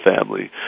family